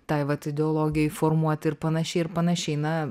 tai vat ideologijai formuoti ir panašiai ir panašiai na